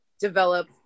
develop